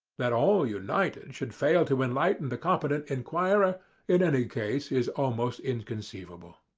that all united should fail to enlighten the competent enquirer in any case is almost inconceivable.